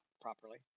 properly